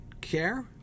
care